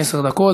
עשר דקות,